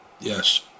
Yes